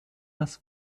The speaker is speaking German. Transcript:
das